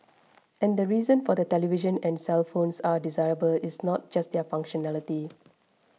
and the reason for the televisions and cellphones are desirable is not just their functionality